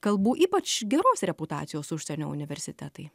kalbų ypač geros reputacijos užsienio universitetai